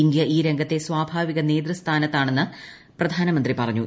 India ഈ രംഗത്തെ സ്വാഭാവിക നേതൃസ്ഥാനത്താണെന്ന് പ്രധാന മന്ത്രി പറഞ്ഞു